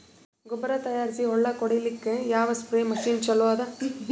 ಗೊಬ್ಬರ ತಯಾರಿಸಿ ಹೊಳ್ಳಕ ಹೊಡೇಲ್ಲಿಕ ಯಾವ ಸ್ಪ್ರಯ್ ಮಷಿನ್ ಚಲೋ ಅದ?